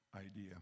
idea